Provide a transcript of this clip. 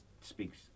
speaks